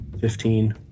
fifteen